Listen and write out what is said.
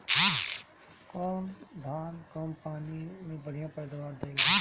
कौन धान कम पानी में बढ़या पैदावार देला?